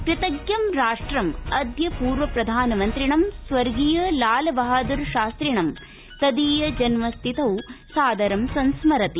कृतज़राष्ट्रम् अद्य पूर्व प्रधानमन्त्रिणं स्वर्गीय लालबहाद्र शास्त्रिणम् तदीय जन्मतिथौ सादर संस्मरति